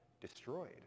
destroyed